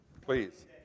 please